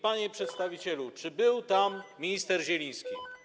Panie przedstawicielu, czy był tam minister Zieliński?